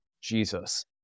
Jesus